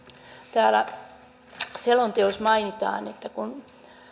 täällä selonteossa mainitaan että kun